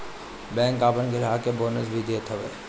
bank अपनी ग्राहक के बोनस भी देत हअ